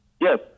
Yes